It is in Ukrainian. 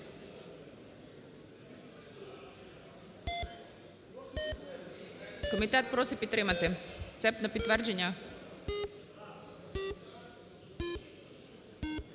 Комітет просить підтримати це на підтвердження.